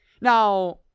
Now